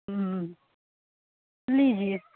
लीजिए